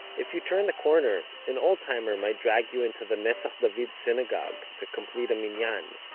if you turn the corner, an old timer might drag you into the netzach david synagogue, to complete a minyan,